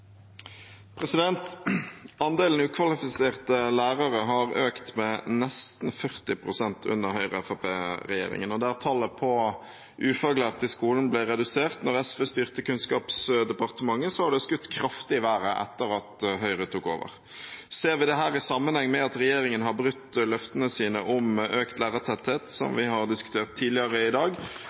Andelen ukvalifiserte lærere har økt med nesten 40 pst. under Høyre–Fremskrittsparti-regjeringen. Der tallet på ufaglærte i skolen ble redusert da SV styrte Kunnskapsdepartementet, har det skutt kraftig i været etter at Høyre tok over. Ser vi dette i sammenheng med at regjeringen har brutt løftene sine om økt lærertetthet, som vi har diskutert tidligere i dag,